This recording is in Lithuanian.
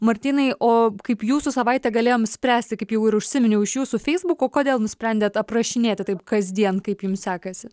martynai o kaip jūsų savaitė galėjom spręsti kaip jau ir užsiminiau iš jūsų feisbuko kodėl nusprendėt aprašinėti taip kasdien kaip jums sekasi